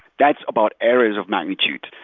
that's about areas of magnitude.